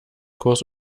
kurs